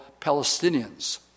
Palestinians